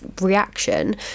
reaction